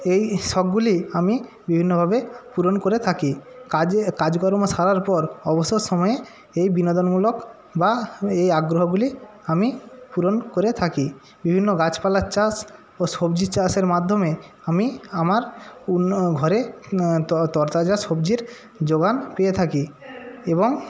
এই শখগুলি আমি বিভিন্নভাবে পূরণ করে থাকি কাজে কাজকর্ম সারার পর অবসর সময়ে এই বিনোদনমূলক বা এই আগ্রহগুলি আমি পূরণ করে থাকি বিভিন্ন গাছপালার চাষ ও সবজি চাষের মাধ্যমে আমি আমার অন্য ঘরে তরতাজা সবজির যোগান দিয়ে থাকি এবং